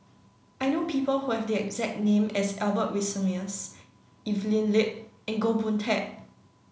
I know people who have the exact name as Albert Winsemius Evelyn Lip and Goh Boon Teck